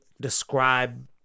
describe